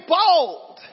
bold